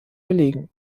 belegen